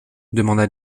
demanda